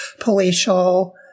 palatial